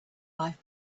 life